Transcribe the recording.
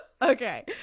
okay